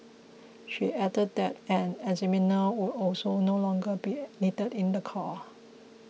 she added that an examiner would also no longer be needed in the car